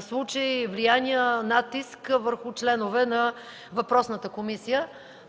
случаи, влияния, натиск върху членове на въпросната комисия.